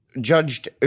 judged